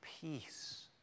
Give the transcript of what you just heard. peace